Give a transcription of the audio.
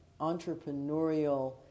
entrepreneurial